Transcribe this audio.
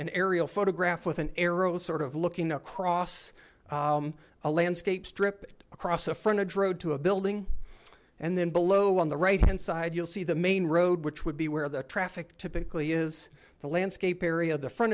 an aerial photograph with an arrow sort of looking across a landscape stripped across a friend a drove to a building and then below on the right hand side you'll see the main road which would be where the traffic typically is the landscape area the front